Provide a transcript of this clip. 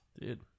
Dude